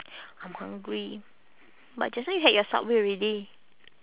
I'm hungry but just now you had your subway already